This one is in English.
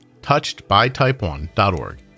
Touchedbytype1.org